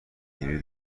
نیروی